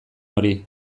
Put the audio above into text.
hori